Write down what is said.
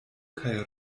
kaj